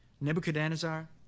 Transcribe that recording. Nebuchadnezzar